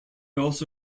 also